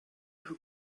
who